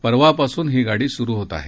परवा पासून ही गाडी सुरु होत आहे